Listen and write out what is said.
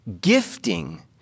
gifting